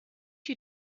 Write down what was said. you